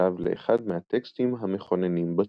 שנחשב לאחד מהטקסטים המכוננים בתחום.